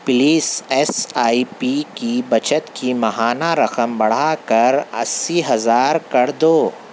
please S I P کی بچت کی ماہانہ رقم بڑھا کر اسی ہزار کر دو